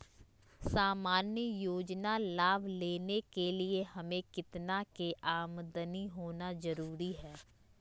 सामान्य योजना लाभ लेने के लिए हमें कितना के आमदनी होना जरूरी है?